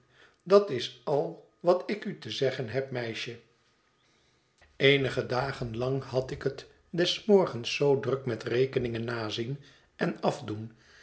dat is al wat ik u te zeggen heb meisje eenige dagen lang had ik het des morgens zoo druk met rekeningen nazien en afdoen